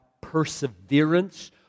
perseverance